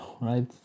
right